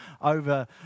over